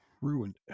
ruined